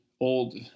old